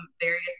various